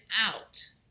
out